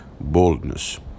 boldness